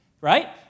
right